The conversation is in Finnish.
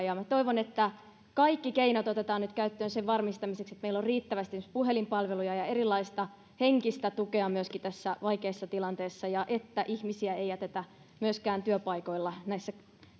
minä toivon että kaikki keinot otetaan nyt käyttöön sen varmistamiseksi että meillä on riittävästi esimerkiksi puhelinpalveluja ja erilaista henkistä tukea myöskin tässä vaikeassa tilanteessa ja että ihmisiä ei jätetä myöskään työpaikoilla näissä